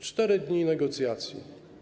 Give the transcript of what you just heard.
4 dni negocjacji.